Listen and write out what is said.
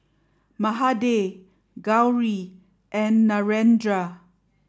Mahade Gauri and Narendra